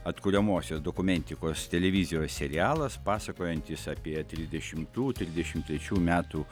atkuriamosios dokumentikos televizijos serialas pasakojantis apie trisdešimtų trisdešimt trečių metų